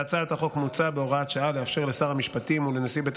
בהצעת החוק מוצע בהוראת שעה לאפשר לשר המשפטים ולנשיא בית